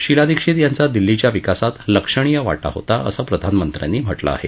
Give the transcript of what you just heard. शिला दीक्षित यांचा दिल्लीच्या विकासात लक्षणीय वाटा होता असं प्रधानमंत्र्यांनी म्हटलं आहे